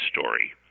story